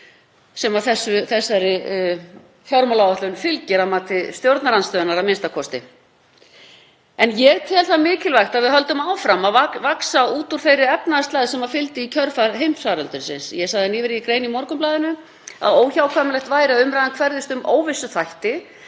sem fylgi þessari fjármálaáætlun að mati stjórnarandstöðunnar a.m.k. Ég tel það mikilvægt að við höldum áfram að vaxa út úr þeirri efnahagslægð sem fylgdi í kjölfar heimsfaraldursins. Ég sagði nýverið í grein í Morgunblaðinu að óhjákvæmilegt væri að umræðan hverfðist um óvissuþætti